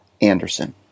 Anderson